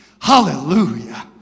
Hallelujah